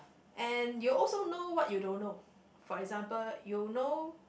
and you also know what you don't know for example you know